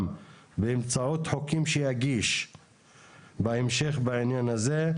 באמצעות חוקים שאגיש בהמשך בעניין הזה,